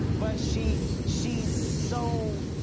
but she, she's so,